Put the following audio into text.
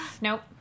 nope